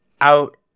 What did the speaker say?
out